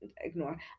ignore